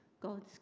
God's